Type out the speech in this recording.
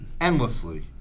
endlessly